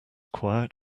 quiet